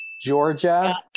Georgia